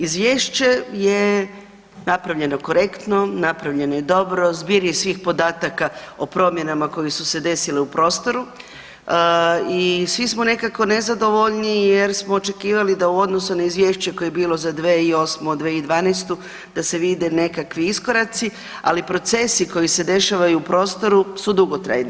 Izvješće je napravljeno korektno, napravljeno je dobro, zbir je svih podataka o promjenama koje su se desile u prostoru i svi smo nekako nezadovoljni jer smo očekivali da u odnosu na izvješće koje je bilo za 2008.-2012. da se vide nekakvi iskoraci, ali procesi koji se dešavaju u prostoru su dugotrajni.